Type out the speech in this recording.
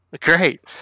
Great